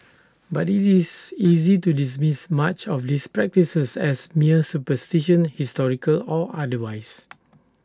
but IT is easy to dismiss much of these practices as mere superstition historical or otherwise